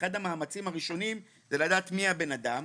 אחד המאמצים הראשונים זה לדעת מי הבן אדם,